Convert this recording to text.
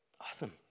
Awesome